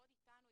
לעבוד איתנו,